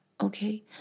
okay